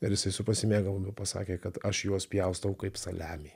ir jisai su pasimėgavimu pasakė kad aš juos pjaustau kaip saliamį